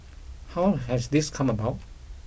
how has this come about